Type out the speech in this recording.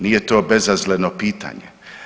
Nije to bezazleno pitanje.